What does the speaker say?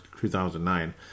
2009